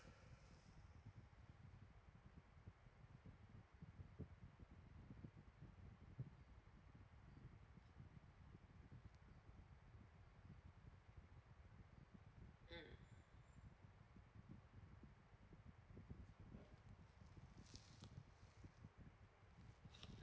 mm